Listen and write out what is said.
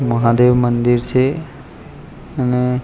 મહાદેવ મંદિર છે અને